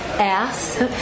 ass